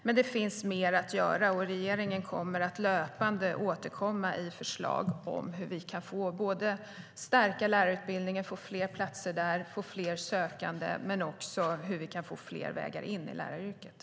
Men det finns mer att göra, och regeringen kommer att löpande återkomma med förslag om hur vi både kan stärka lärarutbildningen och få fler platser och fler sökande där och hur vi kan få fler vägar in i läraryrket.